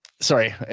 Sorry